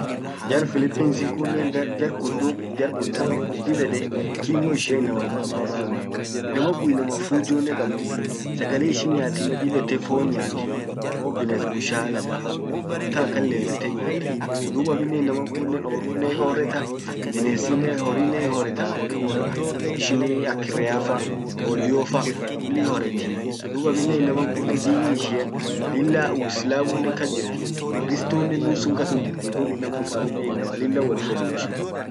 Jar Philippines kunnen < unintelligible .jar kun dub, jar kun inaman kun dib ede kimmo ishiannen inama gagababa hama. Inaman kun inama fujjone kabumu. Ssagale ishin nyaatinen dib ete fon nyaati. Fon bines busha lagafa. Wontan akan leffete nyaati. dub amminen inaman kunnen orrunen hierreta, binesinen horri hiorreta horri worra. ishinii ak rea fa, hollio fa kuli hioretti dub amminen inama kunnen dini ishiaan lilla uislamunen kas jirti, ukiritonen nusum kassum jirti. dub inaman kun inama lilla wolfeduu ishin.